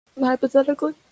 Hypothetically